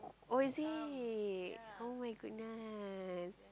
oh is it [oh]-my-goodness